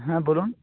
হ্যাঁ বলুন